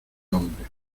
nombre